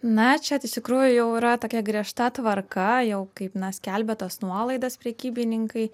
na čia iš tikrųjų jau yra tokia griežta tvarka jau kaip na skelbia tas nuolaidas prekybininkai